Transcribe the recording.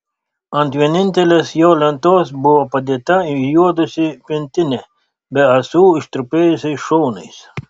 ant vienintelės jo lentos buvo padėta įjuodusi pintinė be ąsų ištrupėjusiais šonais